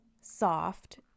soft